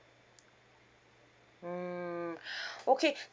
hmm okay